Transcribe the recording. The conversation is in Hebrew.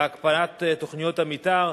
והקפאת תוכניות המיתאר,